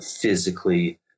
Physically